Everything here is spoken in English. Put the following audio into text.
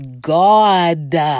God